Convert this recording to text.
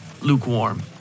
lukewarm